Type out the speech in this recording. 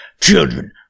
children